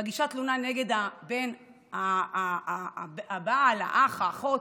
מגישה תלונה נגד הבן או הבעל או האח או האחות,